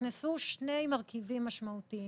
נכנסו שני מרכיבים משמעותיים.